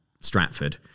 Stratford